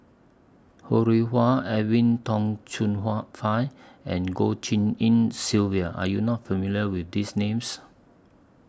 Ho Rih Hwa Edwin Tong Chun Fai and Goh Tshin En Sylvia Are YOU not familiar with These Names